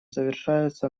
завершаются